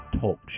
Talk